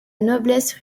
noblesse